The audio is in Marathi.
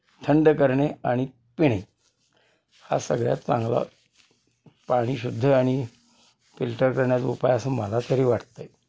थंड करणे आणि पिणे हा सगळ्यात चांगला पाणी शुद्ध आणि फिल्टर करण्याचा उपाय असं माला तरी वाटतं आहे